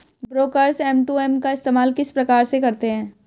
Brokers M two M का इस्तेमाल किस प्रकार से करते हैं?